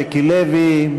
ז'קי לוי,